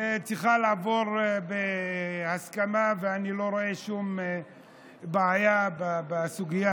צריכה לעבור בהסכמה, ואני לא רואה שום בעיה בסוגיה